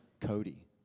Cody